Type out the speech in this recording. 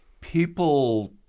people